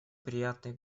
приятный